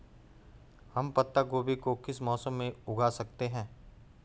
हम पत्ता गोभी को किस मौसम में उगा सकते हैं?